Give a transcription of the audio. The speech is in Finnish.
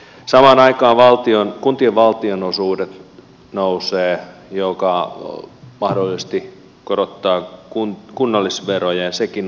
samaan aikaan kuntien valtionosuudet nousevat mikä mahdollisesti korottaa kunnallisveroja ja sekin on tasavero